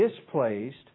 displaced